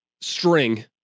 string